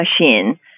machine